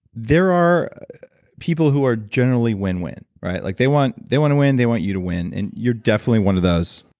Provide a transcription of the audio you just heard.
there are people who are genuinely winwin. like they want they want to win, they want you to win. and you're definitely one of those.